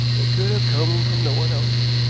they could have come from no one else.